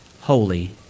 holy